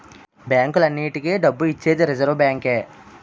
బ్యాంకులన్నింటికీ డబ్బు ఇచ్చేది రిజర్వ్ బ్యాంకే